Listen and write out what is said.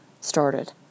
started